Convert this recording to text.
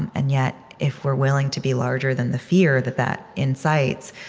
and yet, if we're willing to be larger than the fear that that incites,